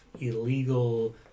illegal